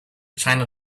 china